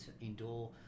indoor